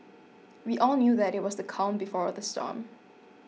we all knew that it was the calm before the storm